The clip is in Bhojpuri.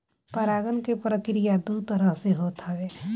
परागण के प्रक्रिया दू तरह से होत हवे